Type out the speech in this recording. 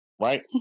Right